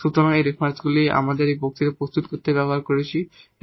সুতরাং এই রেফারেন্সগুলি আমরা এই বক্তৃতাগুলি প্রস্তুত করতে ব্যবহার করেছি এবং